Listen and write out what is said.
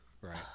right